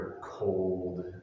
cold